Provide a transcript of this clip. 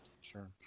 Sure